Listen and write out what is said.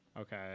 Okay